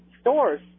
stores